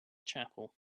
chapel